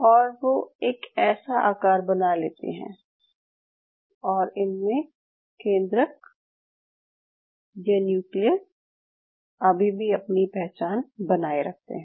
और वो एक ऐसा आकार बना लेती हैं और इनमें केन्द्रक या न्यूक्लियस अभी भी अपनी पहचान बनाए रखते हैं